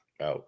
Out